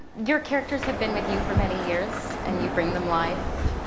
your characters have been with you for many years, and you bring them life.